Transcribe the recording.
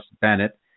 Bennett